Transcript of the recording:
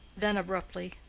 then abruptly,